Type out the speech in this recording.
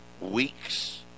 weeks